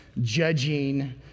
judging